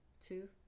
two